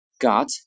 got